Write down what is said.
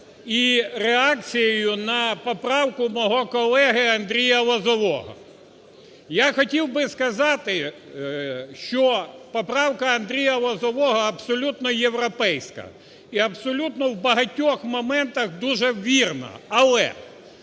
і реакцією на поправку мого колеги Андрія Лозового. Я хотів би сказати, що поправка Андрія Лозового абсолютно європейська і абсолютно в багатьох моментах дуже вірна. Але